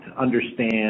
understand